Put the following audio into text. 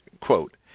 quote